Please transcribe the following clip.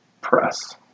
press